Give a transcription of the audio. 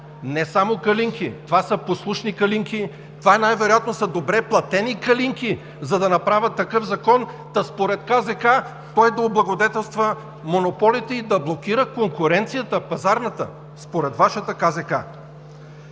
Не само „калинки“, а това са послушни „калинки“, това най-вероятно са добре платени „калинки“, за да направят такъв закон, та според КЗК той да облагодетелства монополите и да блокира пазарната конкуренция, според Вашата КЗК.